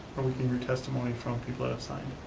but we can hear testimony from people that have signed.